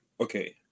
okay